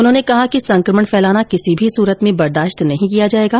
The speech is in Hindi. उन्होंने कहा कि संक्रमण फैलाना किसी भी सूरत में बर्दाश्त नहीं किया जाएगा